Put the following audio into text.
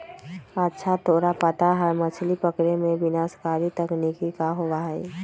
अच्छा तोरा पता है मछ्ली पकड़े में विनाशकारी तकनीक का होबा हई?